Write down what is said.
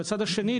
מהצד השני,